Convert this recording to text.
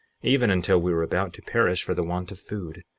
even until we were about to perish for the want of food.